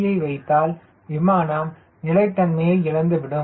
c ஐ வைத்தால் விமானம் நிலைத்தன்மையை இழந்துவிடும்